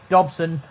Dobson